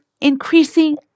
increasing